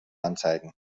anzeigen